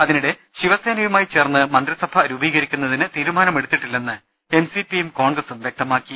അതിനിടെ ശിവസേനയുമായി ചേർന്ന് മന്ത്രിസഭ രൂപീകരിക്കുന്നതിന് തീരുമാനമെടുത്തിട്ടില്ലെന്ന് എൻ സി പിയും കോൺഗ്രസും വൃക്തമാക്കി